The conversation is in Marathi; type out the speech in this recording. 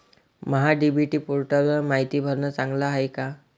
महा डी.बी.टी पोर्टलवर मायती भरनं चांगलं हाये का?